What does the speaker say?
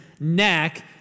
neck